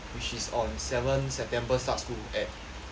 which is on seven september start school at